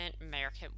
american